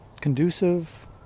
conducive